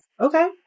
okay